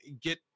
get